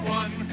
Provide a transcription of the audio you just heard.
one